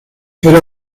era